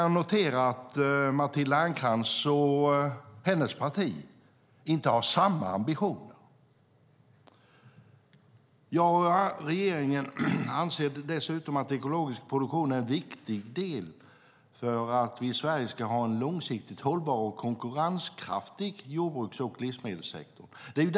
Jag noterar att Matilda Ernkrans och hennes parti inte har samma ambitioner. Jag och regeringen anser dessutom att ekologisk produktion är en viktig del för att vi ska ha en långsiktigt hållbar och konkurrenskraftig jordbruks och livsmedelssektor i Sverige.